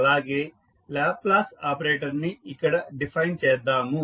అలాగే Laplace operator ని ఇక్కడ డిఫైన్ చేద్దాము